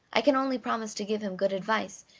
i can only promise to give him good advice,